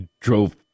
drove